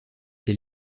ces